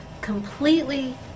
completely